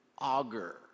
auger